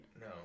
No